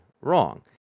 wrong